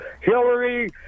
Hillary